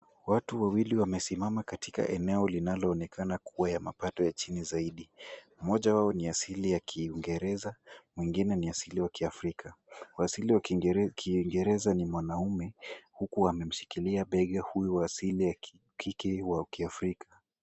Watu wawili wamesimama katika eneo inayoonekana kuwa ya mapato ya zaidi. Mmoja wao ni asili ya kiingereza mwingine wao ni asili ya kiafrika. Wa asili ya kiingereza ni mwanaume huku amemshikilia bega wa asili ya kike wa afrika.